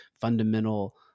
fundamental